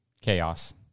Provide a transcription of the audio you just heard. chaos